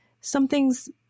something's